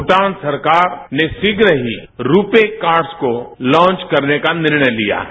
भूटान सरकार ने शीघ्र ही रूपे कार्ड को लॉन्च करने का निर्णय लिया है